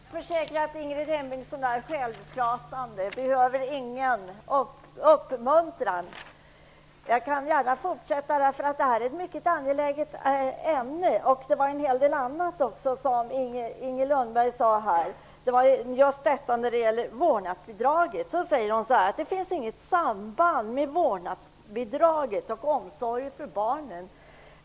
Herr talman! Jag kan försäkra att Ingrid Hemmingsson är självpratande och inte behöver någon uppmuntran. Jag kan gärna fortsätta. Detta är ett mycket angeläget ämne. Det var också en hel del annat som Inger Lundberg sade här. Inger Lundberg säger: Det finns inget samband mellan vårdnadsbidraget och omsorgen för barnen.